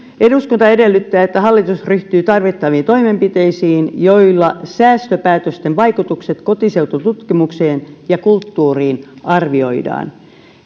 eduskunta edellyttää että hallitus ryhtyy tarvittaviin toimenpiteisiin joilla säästöpäätösten vaikutukset kotiseutututkimukseen ja kulttuuriin arvioidaan